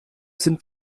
sind